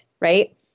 right